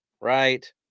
right